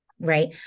right